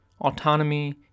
Autonomy